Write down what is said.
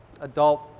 adult